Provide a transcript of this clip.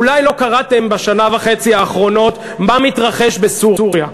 אולי לא קראתם בשנה וחצי האחרונות מה מתרחש בסוריה.